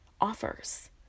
offers